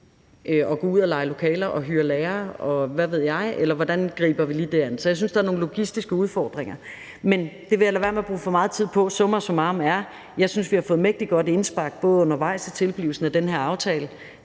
at gå ud og leje lokaler og hyre lærere, og hvad ved jeg, eller hvordan griber vi lige det an? Så jeg synes, der er nogle logistiske udfordringer, men det vil jeg lade være med at bruge for meget tid på. Summa summarum er, at jeg synes vi har fået mægtig gode indspark undervejs i tilblivelsen af den her aftale